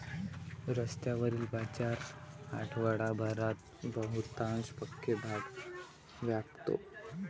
रस्त्यावरील बाजार आठवडाभरात बहुतांश पक्के भाग व्यापतो